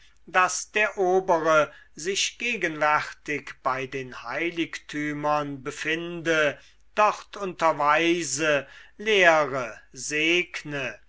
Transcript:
daß der obere sich gegenwärtig bei den heiligtümern befinde dort unterweise lehre segne